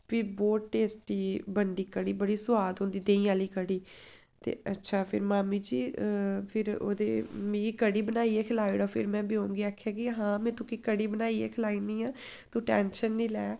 फिर ब्हौत टेस्टी बनदी कढ़ी बड़ी सोआद होंदी देहीं आह्ली कढ़ी ते अच्छा फिर मामी जी फिर ओह्दे मिगी कढ़ी बनाइयै खलाई ओड़ो फिर में ब्योम गी आखेआ हां में तुगी कढ़ी बनाइयै खलाई ओड़नी आं तू टैंशन निं लै